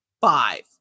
five